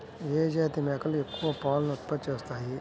ఏ జాతి మేకలు ఎక్కువ పాలను ఉత్పత్తి చేస్తాయి?